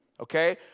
Okay